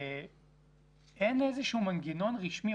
אין איזשהו מנגנון רשמי,